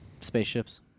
Spaceships